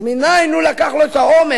אז מנין הוא לקח לו את האומץ